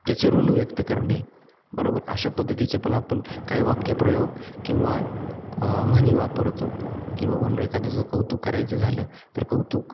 त्याचे ऋण व्यक्त करणे बरोबर अशा पद्धतीचे पण आपण काही वाक्यप्रयोग किंवा म्हणी वापरतो किंवा म्हणून एखाद्याचं कौतुक करायचं झालं तर कौतुक